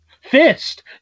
fist